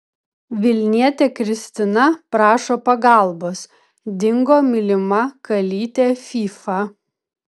vilnietė kristina prašo pagalbos dingo mylima kalytė fyfa